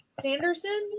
Sanderson